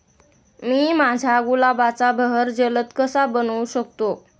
मी माझ्या गुलाबाचा बहर जलद कसा बनवू शकतो?